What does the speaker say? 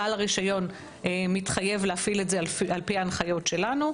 בעל הרישיון מתחייב להפעיל את זה על פי ההנחיות שלנו,